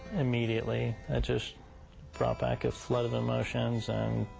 immediately i just brought back a flow of emotions and